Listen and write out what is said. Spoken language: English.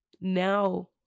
now